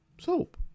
Soap